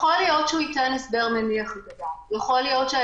יכול להיות שהוא ייתן הסבר מניח את הדעת,